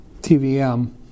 TVM